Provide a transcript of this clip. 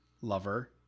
lover